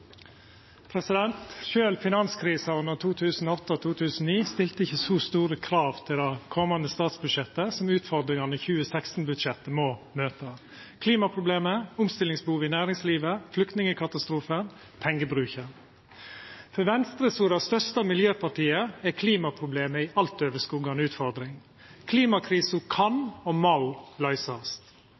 stilte ikkje så store krav til det komande statsbudsjettet som utfordringane i 2016-budsjettet må møta: klimaproblemet, omstillingsbehov i næringslivet, flyktningkatastrofen, pengebruken. For Venstre, som er det største miljøpartiet, er klimaproblemet den største utfordringa. Klimakrisa kan og må løysast.